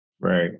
Right